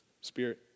Spirit